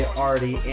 already